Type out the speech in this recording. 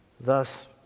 thus